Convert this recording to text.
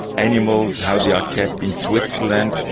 animals, how they are kept in switzerland.